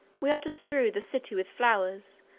we are to strew the city with flowers,